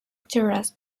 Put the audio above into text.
terrace